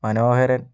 മനോഹരൻ